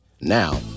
Now